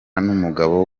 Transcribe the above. n’umugabo